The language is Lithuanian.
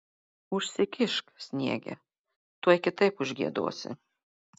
užsikišk sniege tuoj kitaip užgiedosi